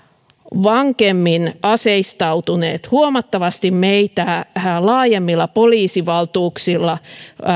vankemmin aseistautuneet huomattavasti meitä laajemmilla poliisivaltuuksilla